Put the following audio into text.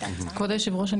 כבוד היושב ראש,